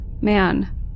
man